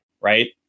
right